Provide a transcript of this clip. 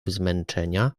zmęczenia